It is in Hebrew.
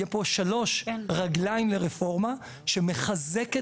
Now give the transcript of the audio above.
יהיו פה שלוש רגליים לרפורמה שמחזקת